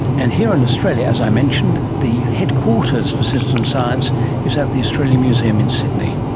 and here in australia, as i mentioned, the headquarters for citizen science is at the australian museum in sydney